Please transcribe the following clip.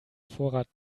vorrat